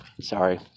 Sorry